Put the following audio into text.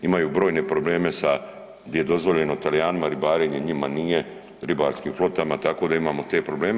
Imaju brojne probleme sa gdje je dozvoljeno Talijanima ribarenje, njima nije ribarskim flotama tako da imamo te probleme.